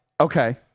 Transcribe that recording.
Okay